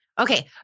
Okay